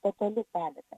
totali panika